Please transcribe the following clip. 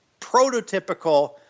prototypical